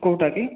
କେଉଁଟା କି